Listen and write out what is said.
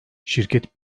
şirket